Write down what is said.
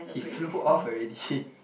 he flew off already